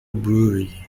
brewery